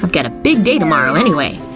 um got a big day tomorrow anyway.